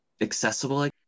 accessible